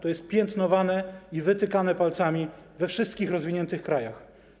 To jest piętnowane i wytykane palcami we wszystkich rozwiniętych krajach.